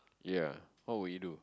ya what would you do